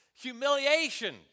humiliation